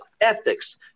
ethics